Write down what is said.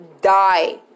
die